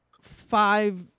five